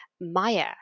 Maya